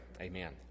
Amen